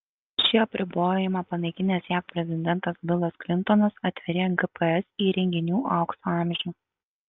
šį apribojimą panaikinęs jav prezidentas bilas klintonas atvėrė gps įrenginių aukso amžių